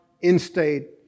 instate